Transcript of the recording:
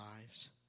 lives